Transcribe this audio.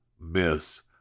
miss